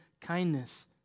kindness